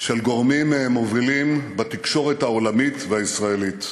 של גורמים מובילים בתקשורת העולמית והישראלית.